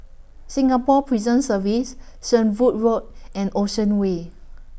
Singapore Prison Service Shenvood Road and Ocean Way